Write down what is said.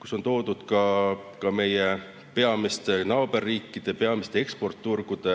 kus on toodud ka meie peamiste naaberriikide, peamiste eksporditurgude